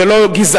זה לא גזעני,